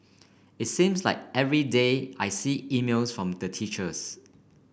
it seems like every day I see emails from the teachers